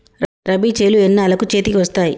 రబీ చేలు ఎన్నాళ్ళకు చేతికి వస్తాయి?